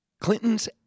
Clinton's